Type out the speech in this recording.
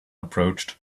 approached